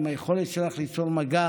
עם היכולת שלך ליצור מגע